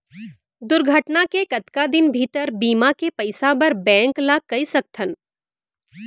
दुर्घटना के कतका दिन भीतर बीमा के पइसा बर बैंक ल कई सकथन?